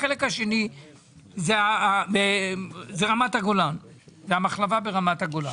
החלק השני זה רמת הגולן והמחלבה ברמת הגולן.